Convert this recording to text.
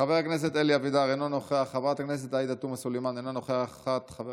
חבר הכנסת מנסור עבאס, אינו נוכח,